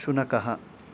शुनकः